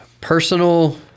personal